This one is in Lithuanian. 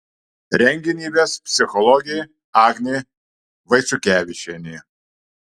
renginį ves psichologė agnė vaiciukevičienė